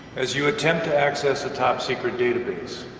as you attempt to access a top-secret database.